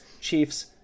Chiefs